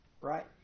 Right